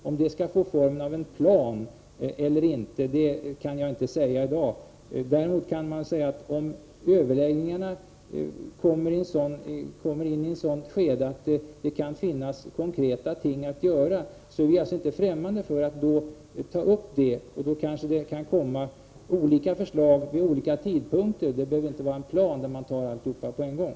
Om detta får formen av en plan eller inte kan jag inte säga i dag. Men om överläggningarna 53 kommer in i ett sådant skede att det kan finnas konkreta ting att göra, är vi inte främmande för att ta upp detta. Då kanske det kommer olika förslag vid olika tidpunkter, det behöver inte vara en plan där man tar allting på en gång.